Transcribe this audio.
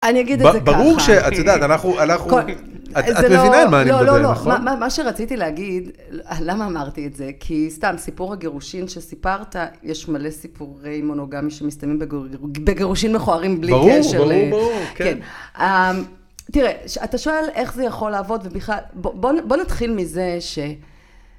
אני אגיד את זה ככה. ברור שאת יודעת, אנחנו, את מבינה על מה אני מדבר, נכון? לא, לא, לא, מה שרציתי להגיד, למה אמרתי את זה, כי סתם, סיפור הגירושין שסיפרת, יש מלא סיפורי מונוגמיה שמסתיימים בגירושין מכוערים בלי קשר. ברור, ברור, ברור, כן. תראה, אתה שואל איך זה יכול לעבוד, ובכלל, בוא נתחיל מזה ש...